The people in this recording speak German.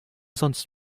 sonst